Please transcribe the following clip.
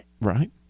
Right